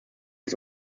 ist